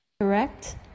Correct